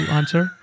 answer